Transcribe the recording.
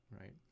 Right